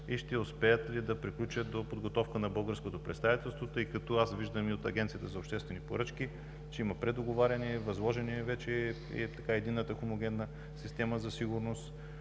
и ще успеят ли да приключат до подготовка на българското председателство, тъй като аз виждам и от Агенцията за обществени поръчки, че има предоговаряния, възложена е вече единната хомогенна система за сигурност?